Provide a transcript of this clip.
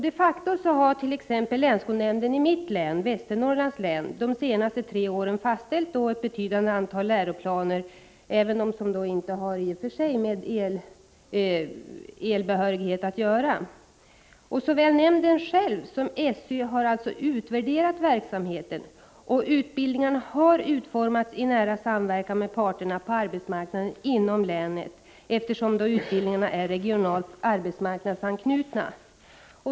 De facto har t.ex. länsskolnämnden i mitt län, Västernorrlands län, de senaste tre åren fastställt ett betydande antal läroplaner, även om de i och för sig inte har med elbehörighet att göra. Såväl nämnden själv som SÖ har alltså utvärderat verksamheten, och utbildningarna har utformats i nära samverkan mellan parterna på arbetsmarknaden inom länet, eftersom utbildningarna är regionalt arbetsmarknadsanknutna.